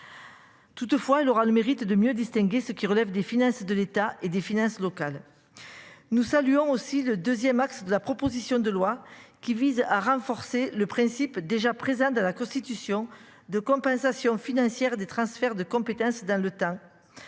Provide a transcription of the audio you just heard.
Toutefois, elle aura le mérite de mieux distinguer ce qui relève des finances de l'État et des finances locales. Nous saluons aussi le 2ème axe de la proposition de loi qui vise à renforcer le principe déjà présentes dans la constitution de compensation financière des transferts de compétences dans le temps.